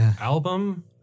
album